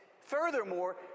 furthermore